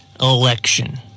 election